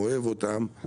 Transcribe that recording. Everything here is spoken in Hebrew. אוהב אותם,